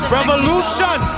Revolution